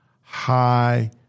high